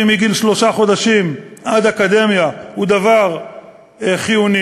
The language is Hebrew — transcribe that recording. מגיל שלושה חודשים עד אקדמיה הוא דבר חיוני.